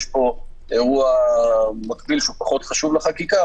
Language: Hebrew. יש פה אירוע מקביל שהוא פחות חשוב לחקיקה,